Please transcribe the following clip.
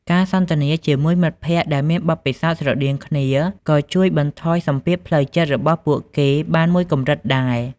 ការសន្ទនាជាមួយមិត្តដែលមានបទពិសោធន៍ស្រដៀងគ្នា ក៏ជួយបន្ថយសម្ពាធផ្លូវចិត្តរបស់ពួកគេបានមួយកម្រិតដែរ។